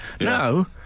no